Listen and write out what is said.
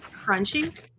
Crunchy